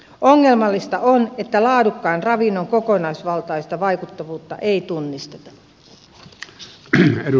ongelmallista on että laadukkaan ravinnon kokonaisvaltaista vaikuttavuutta ei tunnisteta